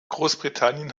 großbritannien